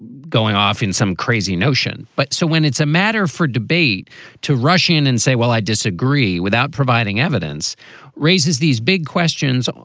going off in some crazy notion. but so when it's a matter for debate to rush in and say, well, i disagree without providing evidence raises these big questions. um